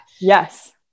yes